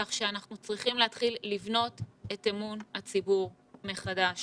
כך שאנחנו צריכים להתחיל לבנות את אמון הציבור מחדש.